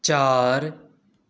چار